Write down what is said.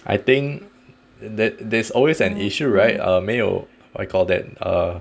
I think that there's always an issue right err 没有 what you call that err